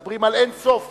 מדברים על אין-סוף אנשים,